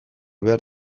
behar